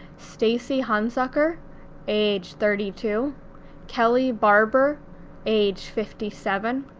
stacy hunsucker age thirty two kelly barber age fifty seven,